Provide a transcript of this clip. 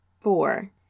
four